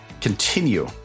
continue